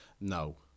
No